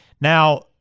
Now